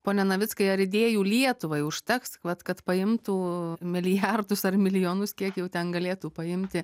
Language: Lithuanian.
pone navickai ar idėjų lietuvai užteks vat kad paimtų milijardus ar milijonus kiek jau ten galėtų paimti